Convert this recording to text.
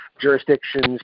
jurisdictions